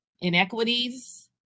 inequities